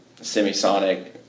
Semisonic